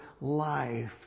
life